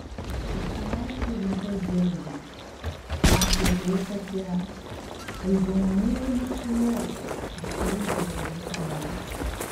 užsimerkiu ir matau džeinę naktį atėjau pas ją o ji buvo mėlynas siluetas baltų užuolaidų fone